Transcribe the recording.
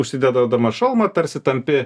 užsidedama šalmą tarsi tampi